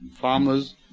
farmers